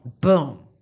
boom